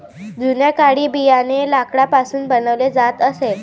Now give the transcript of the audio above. जुन्या काळी बियाणे लाकडापासून बनवले जात असे